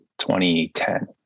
2010